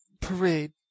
parade